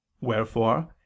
Wherefore